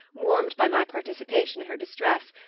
warmed by my participation in her distress,